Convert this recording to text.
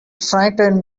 frightened